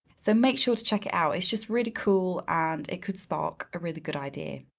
so make sure to check it out. it's just really cool and it could spark a really good idea.